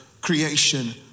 creation